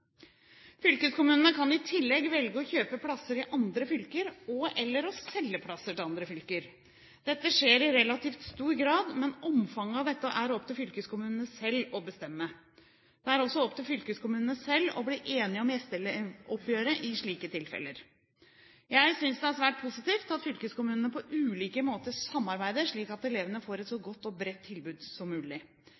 Fylkeskommunene kan i tillegg velge å kjøpe plasser i andre fylker og/eller å selge plasser til andre fylker. Dette skjer i relativt stor grad, men omfanget av dette er opp til fylkeskommunene selv å bestemme. Det er også opp til fylkeskommunene selv å bli enige om gjesteelevsoppgjøret i slike tilfeller. Jeg synes det er svært positivt at fylkeskommunene på ulike måter samarbeider slik at elevene får et så